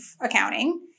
accounting